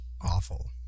awful